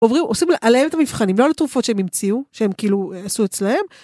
עוברים, עושים עליהם את המבחנים, לא על התרופות שהם המציאו, שהם כאילו עשו אצלהם.